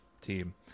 team